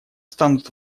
станут